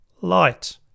light